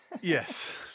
Yes